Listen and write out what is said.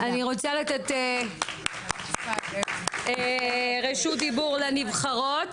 תודה, אני רוצה לתת רשות דיבור לנבחרות,